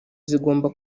zigomba